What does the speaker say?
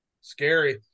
Scary